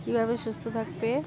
কীভাবে সুস্থ থাকবে